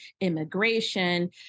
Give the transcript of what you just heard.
immigration